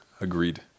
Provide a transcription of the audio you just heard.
Agreed